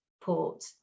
port